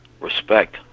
respect